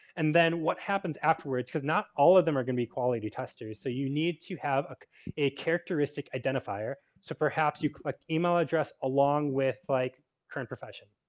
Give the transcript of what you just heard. and then what happens afterwards? because not all of them are going to be quality testers. so, you need to have a characteristic identifier. so, perhaps you collect email address along with like current profession.